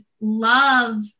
love